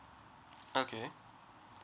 okay